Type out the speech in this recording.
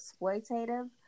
exploitative